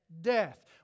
death